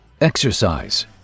exercise